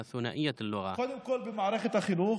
קודם כול במערכת החינוך,